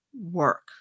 work